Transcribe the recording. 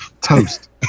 toast